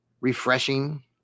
refreshing